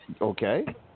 Okay